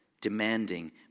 demanding